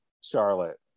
Charlotte